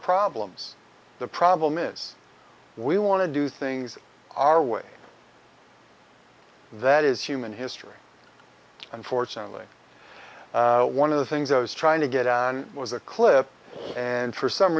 problems the problem is we want to do things our way that is human history unfortunately one of the things i was trying to get on was a clip and for some